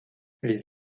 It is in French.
les